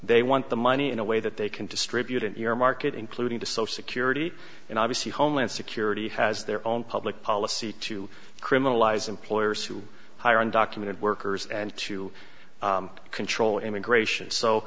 they want the money in a way that they can distribute it your market including to social security and obviously homeland security has their own public policy to criminalize employers who hire undocumented workers and to control immigration so